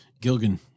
Gilgan